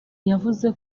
yavuze